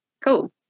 cool